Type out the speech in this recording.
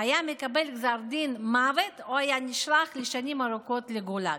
והיה מקבל גזר דין מוות או היה נשלח לשנים ארוכות לגולאג.